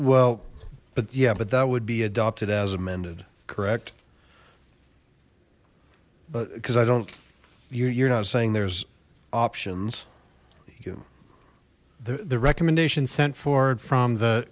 well but yeah but that would be adopted as amended correct but because i don't you you're not saying there's options you the the recommendation sent forward from the